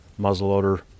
muzzleloader